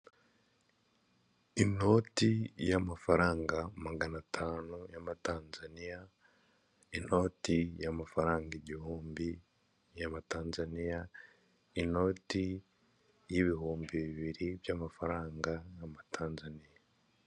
Inoti y'amafaranga magana atanu y'amatanzaniya, inoti y'amafaranga igihumbi y'amatanzaniya, inoti y'ibihumbi bibiri by'amafaranga y'amatanzaniya.